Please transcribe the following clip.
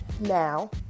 Now